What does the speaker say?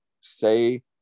say